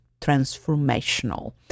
transformational